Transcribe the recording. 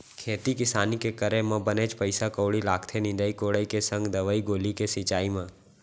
खेती किसानी के करे म बनेच पइसा कउड़ी लागथे निंदई कोड़ई के संग दवई गोली के छिंचाई म